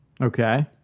Okay